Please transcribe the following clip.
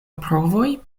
brovoj